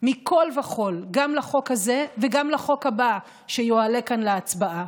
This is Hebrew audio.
מכול וכול גם לחוק הזה וגם לחוק הבא שיועלה כאן להצבעה.